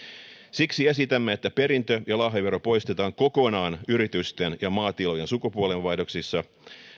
siksi esitämme että perintö ja lahjavero poistetaan kokonaan yritysten ja maatilojen sukupolvenvaihdoksista